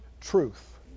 truth